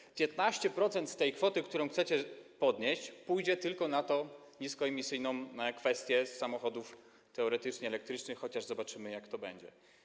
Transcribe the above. Tylko 15% z tej kwoty, którą chcecie podnieść, pójdzie na tę niskoemisyjną kwestię samochodów teoretycznie elektrycznych, chociaż zobaczymy, jak to będzie.